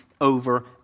over